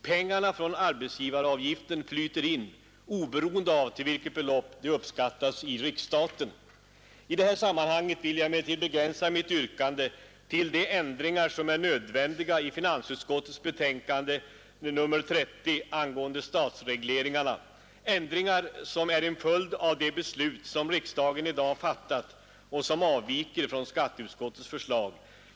Pengarna från arbetsgivaravgiften flyter in oberoende av till vilket belopp de uppskattas i riksstaten. I detta sammanhang vill jag begränsa mitt yrkande till de ändringar som är nödvändiga i finansutskottets betänkande nr 30 angående statsregleringen — ändringar som är en följd av de beslut som riksdagen i dag fattat och som avviker från skatteutskottets förslag.